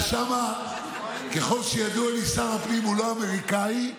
שם, ככל הידוע לי, שר הפנים לא אמריקאי.